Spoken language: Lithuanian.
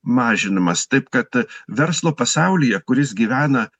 mažinamas taip kad verslo pasaulyje kuris gyvena